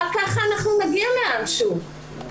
רק ככה אנחנו נגיע לאן שהוא.